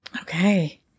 Okay